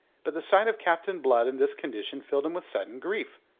but the sight of captain blood in this condition filled him with sudden grief.